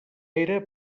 era